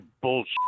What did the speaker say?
bullshit